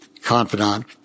confidant